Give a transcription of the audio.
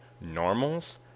normals